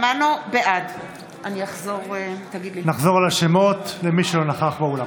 בעד נחזור על השמות של מי שלא נכח באולם.